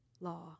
law